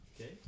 Okay